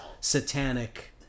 satanic